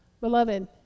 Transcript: Beloved